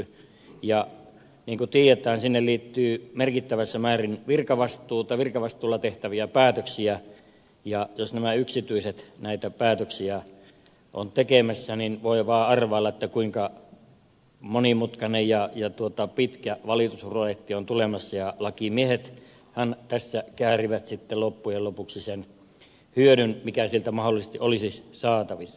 niin kuin tiedetään siihen liittyy merkittävässä määrin virkavastuuta virkavastuulla tehtäviä päätöksiä ja jos yksityiset näitä päätöksiä ovat tekemässä niin voi vain arvailla kuinka monimutkainen ja pitkä valitusprojekti on tulemassa ja lakimiehethän tässä käärivät loppujen lopuksi sen hyödyn mikä siitä mahdollisesti olisi saatavissa